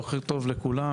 בוקר טוב לכולם,